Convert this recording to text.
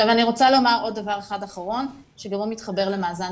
אני רוצה לומר עוד דבר אחרון שגם הוא מתחבר למאזן